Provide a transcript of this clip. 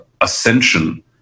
Ascension